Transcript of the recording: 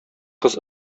кыз